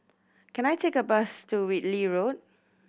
can I take a bus to Whitley Road